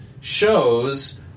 shows